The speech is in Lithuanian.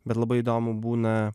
bet labai įdomu būna